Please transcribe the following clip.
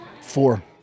Four